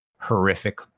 horrific